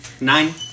Nine